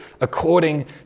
according